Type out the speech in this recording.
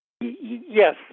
Yes